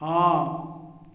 ହଁ